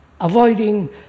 avoiding